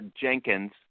Jenkins